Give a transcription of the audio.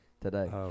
today